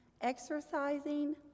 exercising